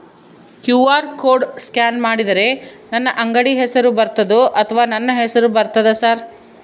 QR code scan ಮಾಡಿದರೆ ನನ್ನ ಅಂಗಡಿ ಹೆಸರು ಬರ್ತದೋ ಅಥವಾ ನನ್ನ ಹೆಸರು ಬರ್ತದ ಸರ್?